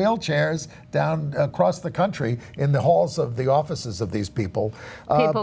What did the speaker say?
wheelchairs down across the country in the halls of the offices of these people